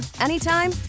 anytime